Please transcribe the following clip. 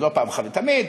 אז לא אחת ולתמיד,